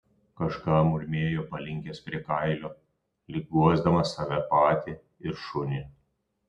kažką murmėjo palinkęs prie kailio lyg guosdamas save patį ir šunį